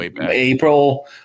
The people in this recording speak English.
April